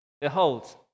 Behold